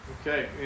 Okay